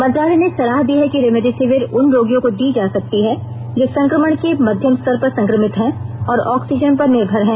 मंत्रालय ने सलाह दी है कि रेमडेसिविर उन रोगियों को दी जा सकती है जो संक्रमण से मध्यम स्तर पर संक्रमित हैं और ऑक्सीजन पर निर्भर हैं